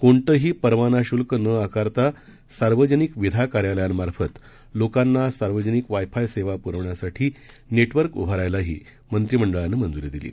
कोणतंही परवाना शुल्क न आकारता सार्वजनिक विधा कार्यालयांमार्फत लोकांना सार्वजनिक वाय फाय सेवा पुरवण्यासाठी नेटवर्क उभारायलाही मंत्रिमंडळानं मंजुरी दिली